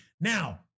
Now